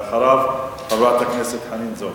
אחריו, חברת הכנסת חנין זועבי.